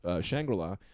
Shangri-La